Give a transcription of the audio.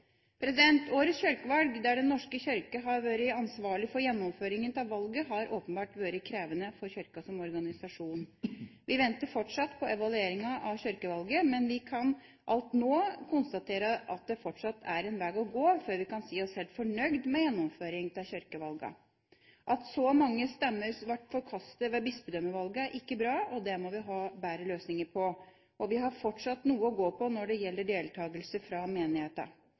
Årets kirkevalg, der Den norske kirke har vært ansvarlig for gjennomføringen av valget, har åpenbart vært krevende for Kirken som organisasjon. Vi venter fortsatt på evalueringen av kirkevalget, men vi kan alt nå konstatere at det fortsatt er en vei å gå før vi kan si oss helt fornøyde med gjennomføring av kirkevalgene. At så mange stemmer ble forkastet ved bispedømmevalget, er ikke bra. Det må vi ha bedre løsninger på. Og vi har fortsatt noe å gå på når det gjelder deltakelse fra